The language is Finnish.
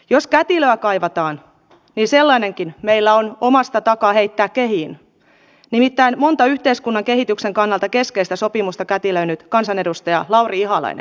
jos kätilöä kaivataan niin sellainenkin meillä on omasta takaa heittää kehiin nimittäin monta yhteiskunnan kehityksen kannalta keskeistä sopimusta kätilöinyt kansanedustaja lauri ihalainen